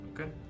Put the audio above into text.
Okay